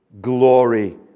glory